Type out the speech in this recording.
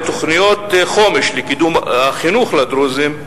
בתוכניות חומש לקידום החינוך לדרוזים,